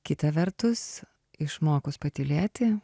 kita vertus išmokus patylėti